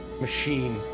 machine